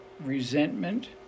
resentment